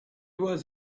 was